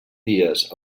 dies